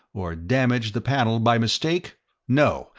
or damaged the panel by mistake no,